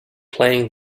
playing